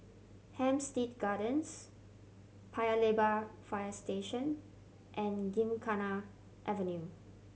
Hampstead Gardens Paya Lebar Fire Station and Gymkhana Avenue